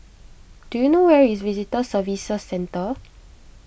do you know where is Visitor Services Centre